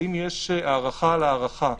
האם יש הארכה על הארכה.